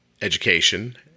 education